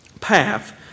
path